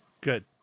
Good